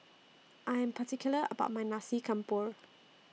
I Am particular about My Nasi Campur